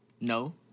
No